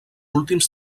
últims